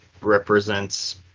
represents